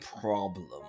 problem